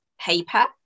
paper